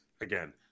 again